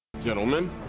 Gentlemen